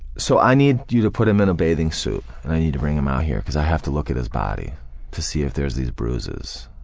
so, i need you to put him in a bathing suit and i need to bring him out here because i have to look at his body to see if there's these bruises.